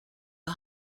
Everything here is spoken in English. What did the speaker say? are